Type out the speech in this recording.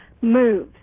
moves